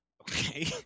Okay